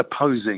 opposing